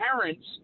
parents